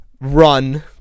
run